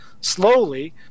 slowly